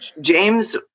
James